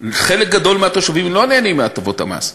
חלק גדול מהתושבים לא נהנים מהטבות המס.